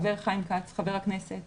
חבר הכנסת חיים כץ,